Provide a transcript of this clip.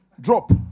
drop